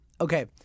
Okay